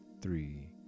three